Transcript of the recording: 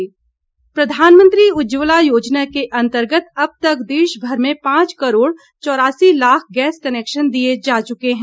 PM Ujjwala योजना प्रधानमंत्री उज्ज्वला योजना के अंतर्गत अब तक देशभर में पांच करोड़ चौरासी लाख गैस कनेक्शन दिए जा चुके हैं